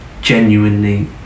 genuinely